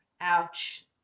ouch